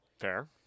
Fair